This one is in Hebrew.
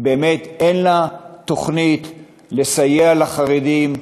אין לה תוכנית לסייע לחרדים,